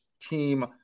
team